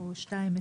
או שתיים,